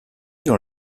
dans